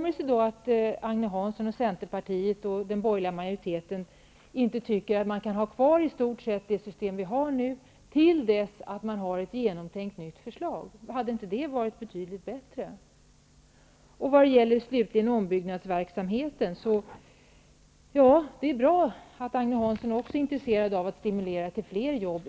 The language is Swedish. tycker då inte Agne Hansson med Centerpartiet och den borgerliga majoriteten att man kan ha kvar i stort sett det system vi har i dag tills vi har ett genomtänkt nytt förslag? Hade inte det varit betydligt bättre? Vad gäller ombyggnadsverksamheten är det bra att Agne Hansson också är intresserad av att stimulera till fler jobb.